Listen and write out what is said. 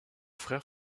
frères